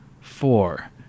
four